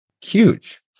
Huge